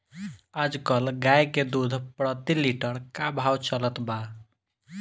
आज कल गाय के दूध प्रति लीटर का भाव चलत बा?